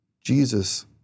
Jesus